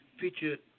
featured